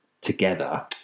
together